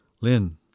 Lynn